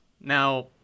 Now